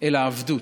אלא עבדות.